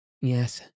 Yes